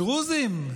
הדרוזים,